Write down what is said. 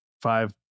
five